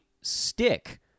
stick